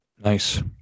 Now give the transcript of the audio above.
Nice